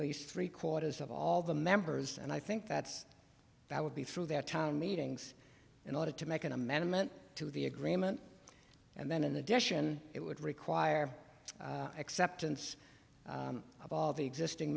least three quarters of all the members and i think that that would be through that town meetings in order to make an amendment to the agreement and then in addition it would require acceptance of all the existing